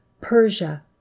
Persia